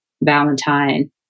Valentine